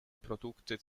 produkte